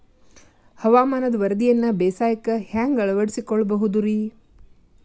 ಹವಾಮಾನದ ವರದಿಯನ್ನ ಬೇಸಾಯಕ್ಕ ಹ್ಯಾಂಗ ಅಳವಡಿಸಿಕೊಳ್ಳಬಹುದು ರೇ?